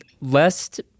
Lest